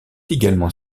également